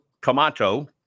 Camacho